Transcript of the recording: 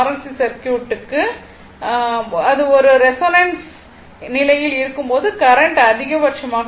C circuit இது ஒரு resonance நிலையில் இருக்கும் போது கரண்ட் அதிகபட்சமாக இருக்கும்